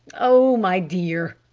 oh, my dear,